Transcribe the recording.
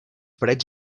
parets